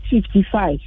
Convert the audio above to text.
fifty-five